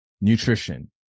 Nutrition